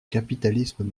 capitalisme